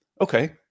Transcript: Okay